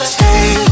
Stay